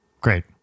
Great